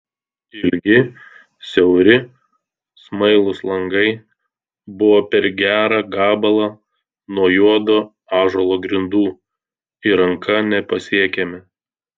ilgi siauri smailūs langai buvo per gerą gabalą nuo juodo ąžuolo grindų ir ranka nepasiekiami